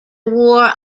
war